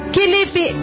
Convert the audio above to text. Kilifi